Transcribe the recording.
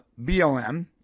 BLM